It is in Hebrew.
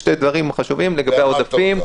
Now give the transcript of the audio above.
יש שני דברים חשובים לגבי העודפים.